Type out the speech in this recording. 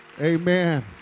Amen